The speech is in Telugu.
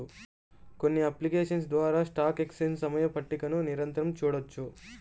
కొన్ని అప్లికేషన్స్ ద్వారా స్టాక్ ఎక్స్చేంజ్ సమయ పట్టికని నిరంతరం చూడొచ్చు